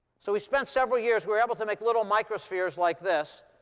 so we spent several years. we were able to make little microspheres like this.